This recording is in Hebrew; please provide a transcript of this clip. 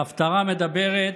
ההפטרה מדברת,